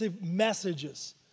messages